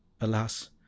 Alas